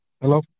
Hello